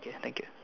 okay thank you